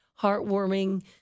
heartwarming